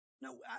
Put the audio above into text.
No